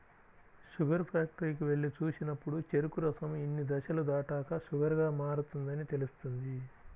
sugar ఫ్యాక్టరీకి వెళ్లి చూసినప్పుడు చెరుకు రసం ఇన్ని దశలు దాటాక షుగర్ గా మారుతుందని తెలుస్తుంది